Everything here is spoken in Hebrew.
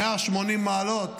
180 מעלות